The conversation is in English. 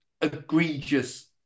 egregious